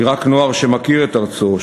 כי רק נוער שמכיר את ארצו,